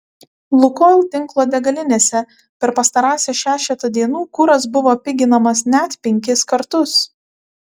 lukoil tinklo degalinėse per pastarąsias šešetą dienų kuras buvo piginamas net penkis kartus